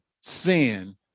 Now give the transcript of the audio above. sin